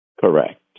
Correct